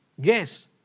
Guess